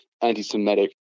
anti-Semitic